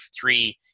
three